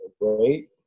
great